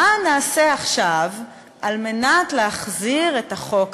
מה נעשה עכשיו על מנת להחזיר את החוק הזה,